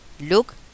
Look